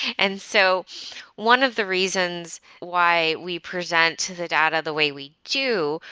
and so one of the reasons why we present to the data the way we do,